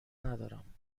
ندارم